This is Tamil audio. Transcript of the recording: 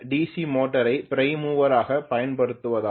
சி மோட்டாரை பிரைம் மூவர் ஆகப் பயன்படுத்துவதாகும்